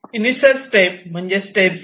initial step म्हणजे step 0